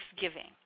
thanksgiving